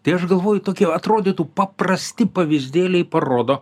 tai aš galvoju tokie atrodytų paprasti pavyzdėliai parodo